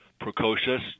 precocious